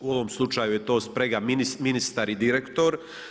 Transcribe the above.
U ovom slučaju je to sprega ministar i direktor.